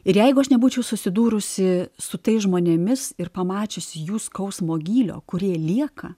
ir jeigu aš nebūčiau susidūrusi su tais žmonėmis ir pamačiusi jų skausmo gylio kurie lieka